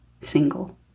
single